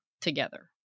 together